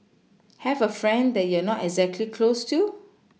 have a friend that you're not exactly close to